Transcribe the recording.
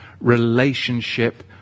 relationship